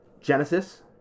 Genesis